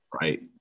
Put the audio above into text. right